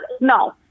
no